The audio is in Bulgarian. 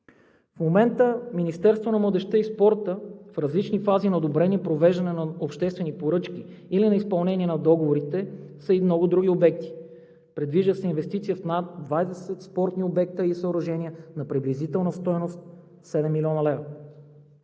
В момента Министерството на младежта и спорта е в различни фази на одобрение на провеждане на обществени поръчки. В различни фази на изпълнение на договорите са и много други обекти. Предвижда се инвестиция в над 20 спортни обекта и съоръжения на приблизителна стойност 7 млн. лв.